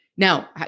Now